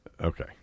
okay